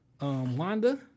Wanda